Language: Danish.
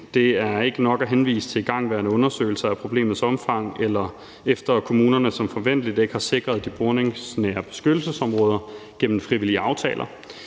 Det er ikke nok at henvise til igangværende undersøgelser af problemets omfang, efter at kommunerne som forventet ikke har sikret de boringsnære beskyttelsesområder gennem frivillige aftaler.